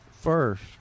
first